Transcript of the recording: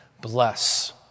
bless